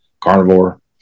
Carnivore